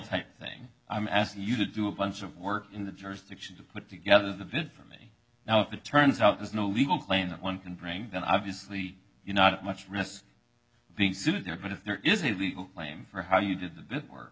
type thing i'm asking you to do a bunch of work in that jurisdiction to put together the bid for me now if it turns out there's no legal claim that one can bring then obviously you're not much risk of being sued there but if there is a claim for how you did the wor